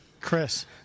Chris